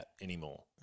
anymore